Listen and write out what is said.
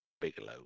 Bigelow